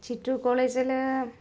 ചിറ്റൂർ കോളേജില്